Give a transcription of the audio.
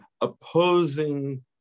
opposing